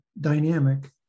dynamic